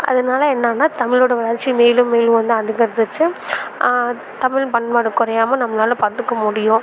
அதனால என்னென்னா தமிழோட வளர்ச்சி மேலும் மேலும் வந்து அதிகரித்து தமிழின் பண்பாடு குறையாமல் நம்மளால் பார்த்துக்க முடியும்